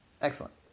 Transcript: Excellent